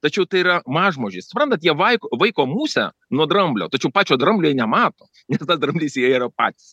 tačiau tai yra mažmožiai suprantat jie vaiko vaiko musę nuo dramblio tačiau pačio dramblio jie nemato nes tas dramblys jie yra pats